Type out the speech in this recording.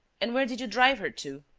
and where did you drive her to?